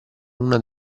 una